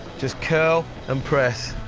just curl and press.